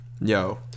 Yo